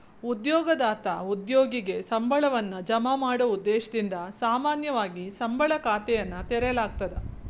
ಉದ್ಯೋಗದಾತ ಉದ್ಯೋಗಿಗೆ ಸಂಬಳವನ್ನ ಜಮಾ ಮಾಡೊ ಉದ್ದೇಶದಿಂದ ಸಾಮಾನ್ಯವಾಗಿ ಸಂಬಳ ಖಾತೆಯನ್ನ ತೆರೆಯಲಾಗ್ತದ